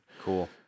Cool